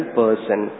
person